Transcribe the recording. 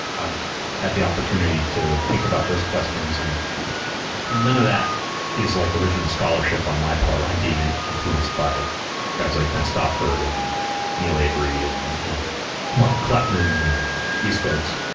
i've had the opportunity to think about those questions, and none of that is like original scholarship on my part. i'm being and influenced by guys like ben stopford, and neil avery, and and martin kleppman and these folks,